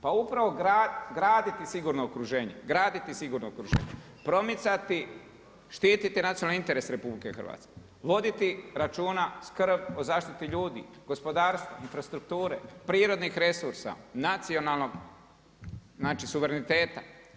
Pa upravo graditi sigurno okruženje, graditi sigurno okruženje, promicati, štiti nacionalne interes RH, voditi računa, skrb o zaštiti ljudi, gospodarstva, infrastrukture, prirodnih resursa, nacionalnog suvereniteta.